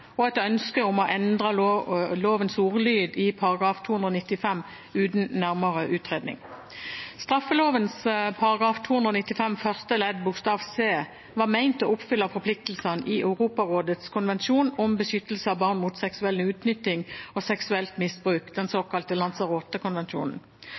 og et ønske om å endre lovens ordlyd i § 295 uten nærmere utredning. Straffeloven § 295 første ledd bokstav c var ment å oppfylle forpliktelsene i Europarådets konvensjon om beskyttelse av barn mot seksuell utnytting og seksuelt misbruk, den